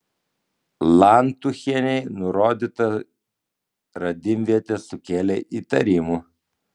lantuchienei nurodyta radimvietė sukėlė įtarimų